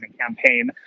campaign